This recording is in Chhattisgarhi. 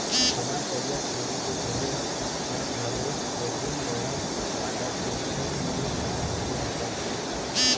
हमर करिया छेरी के देहे ह घलोक थोकिन गरम लागत हे कोन जनी काय होगे हवय ते?